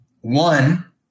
one